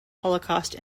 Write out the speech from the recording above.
holocaust